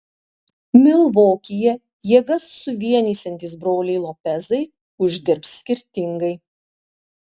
milvokyje jėgas suvienysiantys broliai lopezai uždirbs skirtingai